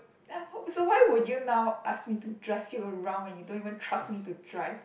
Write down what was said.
so why would you now ask me to drive you around when you don't even trust me to drive